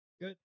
good